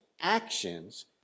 actions